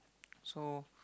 so